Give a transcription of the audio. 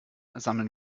sammeln